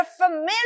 familiar